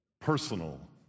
personal